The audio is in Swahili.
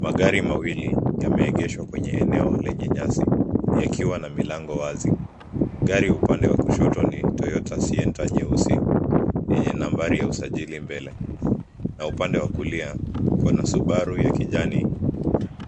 Magari mawili yameegeshwa kwenye eneo lenye nyasi yakiwa na milango wazi. Gari upande wa kushoto ni Toyota Sienta nyeusi yenye namba ya usajili mbele na upande wa kulia kuna subaru ya kijani